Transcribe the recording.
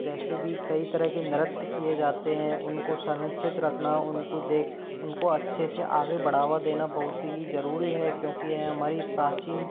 जैसे भी कई तरह के नृत्य किए जाते हैं उनको संरक्षित रखना उनको देख उनको अच्छे से आगे बढ़ावा देना बहुत ही जरूरी है क्योंकि यह हमारी प्राचीन